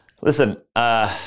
Listen